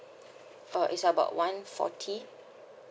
uh it's about one forty